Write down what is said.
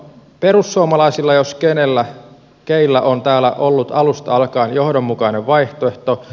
perussuomalaisilla jos keillä on täällä ollut alusta alkaen johdonmukainen vaihtoehto